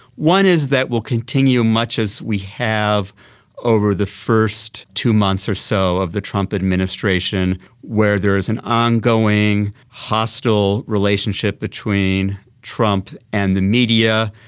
one is that we'll continue much as we have over the first two months or so of the trump administration where there is an ongoing hostile relationship between trump and the media,